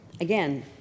Again